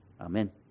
Amen